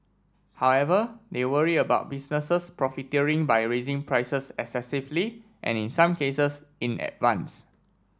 however they worry about businesses profiteering by raising prices excessively and in some cases in advance